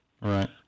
Right